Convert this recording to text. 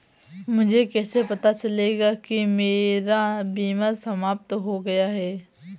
मुझे कैसे पता चलेगा कि मेरा बीमा समाप्त हो गया है?